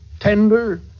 tender